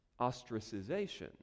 ostracization